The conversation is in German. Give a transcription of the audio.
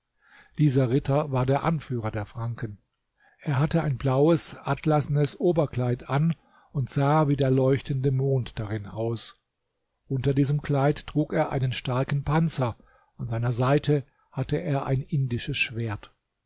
dieser ritter war der anführer der franken er hatte ein blaues atlasnes oberkleid an und sah wie der leuchtende mond darin aus unter diesem kleid trug er einen starken panzer an seiner seite hatte er ein indisches schwert